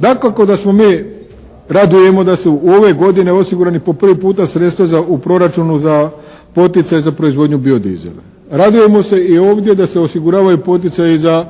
Dakako da se mi radujemo da se ove godine osigurani po prvi puta sredstva u proračunu za poticaj za proizvodnju bio-dizela. Radujemo se i ovdje da se osiguravaju poticaji za